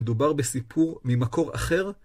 דובר בסיפור ממקור אחר.